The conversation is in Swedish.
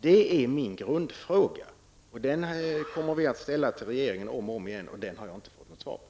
Det är min grundfråga, och den kommer vi att ställa till regeringen om och om igen, och den har jag inte fått något svar på.